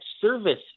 service